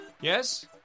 Yes